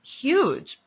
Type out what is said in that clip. huge